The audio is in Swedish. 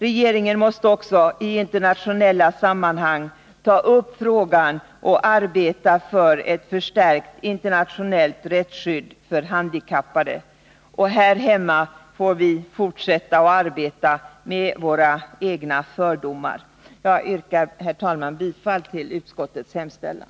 Regeringen måste också i internationella sammanhang ta upp frågan och arbeta för ett förstärkt internationellt rättsskydd för handikappade. Här hemma får vi fortsätta att arbeta med våra egna fördomar. Jag yrkar, herr talman, bifall till utskottets hemställan.